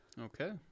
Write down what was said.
Okay